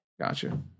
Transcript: gotcha